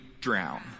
drown